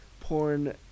porn